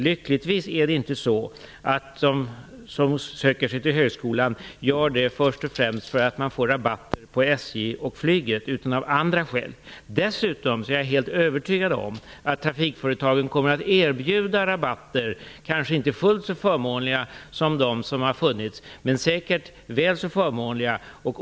Lyckligtvis är det så att de som söker sig till högskolan inte gör det först och främst för att få rabatter på SJ och flyget utan av andra skäl. Dessutom är jag helt övertygad om att trafikföretagen kommer att erbjuda rabatter, kanske inte fullt så förmånliga som de som har funnits, men säkert väl så förmånliga.